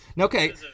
Okay